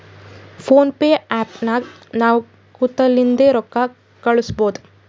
phone pay app ನಾಗ್ ನಾವ್ ಕುಂತಲ್ಲಿಂದೆ ರೊಕ್ಕಾ ಕಳುಸ್ಬೋದು